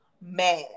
mad